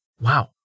Wow